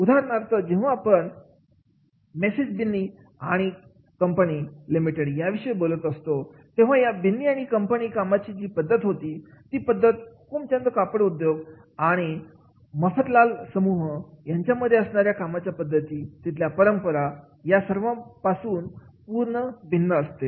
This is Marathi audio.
उदाहरणार्थ जेव्हा आपण मेसेज बिन्नी आणि कंपनी लिमिटेड याविषयी बोलत असतो तेव्हा या बिन्नी आणि कंपनीमध्ये कामाची जी पद्धत होती ती पद्धत हुकुमचंद कापड उद्योग किंवा मफतलाल समूह यांच्यामध्ये असणाऱ्या कामाच्या पद्धती तिथल्या परंपरा या सर्वांमध्ये खूप सारी भिन्नता असते